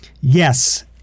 Yes